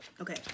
Okay